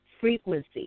frequency